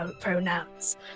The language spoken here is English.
pronouns